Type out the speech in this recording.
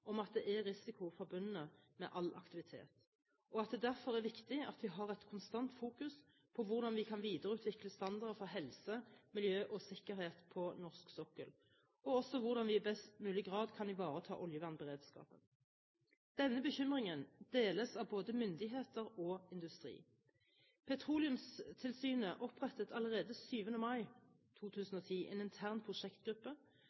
om at det er risiko forbundet med all aktivitet, og at det derfor er viktig at vi har et konstant fokus på hvordan vi kan videreutvikle standarder for helse, miljø og sikkerhet på norsk sokkel, og også hvordan vi i best mulig grad kan ivareta oljevernberedskapen. Denne bekymringen deles av både myndigheter og industri. Petroleumstilsynet opprettet allerede 7. mai